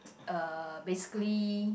uh basically